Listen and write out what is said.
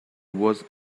was